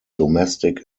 domestic